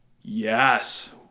Yes